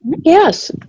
Yes